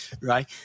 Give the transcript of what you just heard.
right